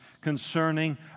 concerning